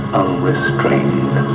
unrestrained